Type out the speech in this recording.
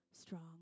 strong